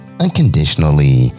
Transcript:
unconditionally